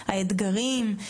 האתגרים,